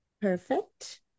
Perfect